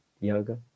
yoga